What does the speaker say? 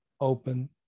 open